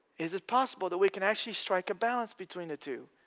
is it possible that we can actually strike a balance between the two?